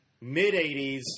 mid-80s